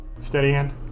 Steadyhand